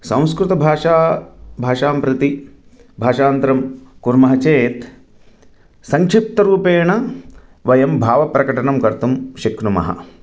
संस्कृतभाषां भाषां प्रति भाषान्तरं कुर्मः चेत् संक्षिप्तरूपेण वयं भावप्रकटनं कर्तुं शक्नुमः